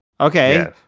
Okay